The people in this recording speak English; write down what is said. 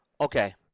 Okay